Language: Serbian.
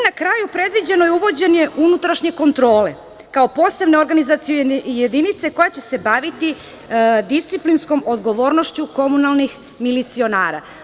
Na kraju, predviđeno je uvođenje unutrašnje kontrole, kao posebne organizacione jedinice koja će se baviti disciplinskom odgovornošću komunalnih milicionara.